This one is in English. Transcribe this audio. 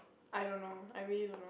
I don't know I really don't know